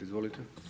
Izvolite.